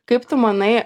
kaip tu manai